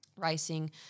racing